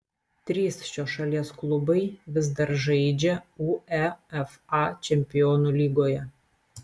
trys šios šalies klubai vis dar žaidžia uefa čempionų lygoje